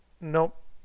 Nope